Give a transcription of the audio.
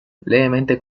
levemente